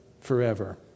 forever